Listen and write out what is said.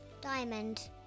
Diamond